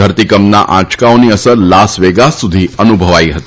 ધરતીકંપના આંચકાઓની અસર Las Vegas સુધી અનુભવાઈ હતી